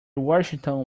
washington